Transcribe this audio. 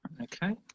Okay